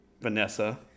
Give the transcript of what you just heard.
Vanessa